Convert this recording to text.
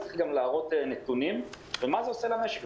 צריך גם להראות נתונים ומה זה עושה למשק,